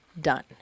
done